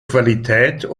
qualität